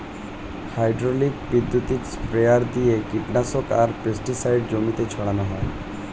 hydraulic বৈদ্যুতিক sprayer দিয়ে কীটনাশক আর পেস্টিসাইড জমিতে ছড়ান হয়